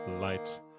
light